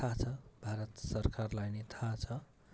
थाहा छ भारत सरकारलाई नै थाहा छ